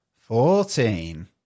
fourteen